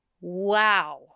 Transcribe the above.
Wow